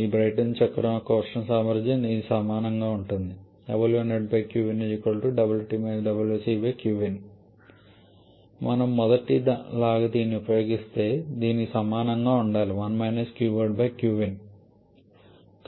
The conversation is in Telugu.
ఈ బ్రైటన్ చక్రం యొక్క ఉష్ణ సామర్థ్యం దీనికి సమానంగా ఉంటుంది మనము మొదటి లాని ఉపయోగిస్తే దీనికి సమానంగా ఉండాలి